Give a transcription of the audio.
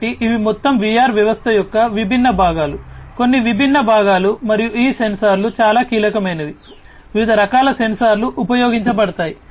కాబట్టి ఇవి మొత్తం VR వ్యవస్థ యొక్క విభిన్న భాగాలు మరియు ఈ సెన్సార్లు చాలా కీలకమైనవి వివిధ రకాల సెన్సార్లు ఉపయోగించబడతాయి